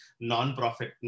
non-profit